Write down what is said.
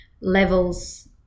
levels